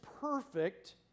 perfect